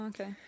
okay